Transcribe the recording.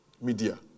media